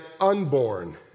unborn